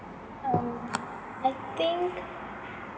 um I think